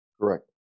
Correct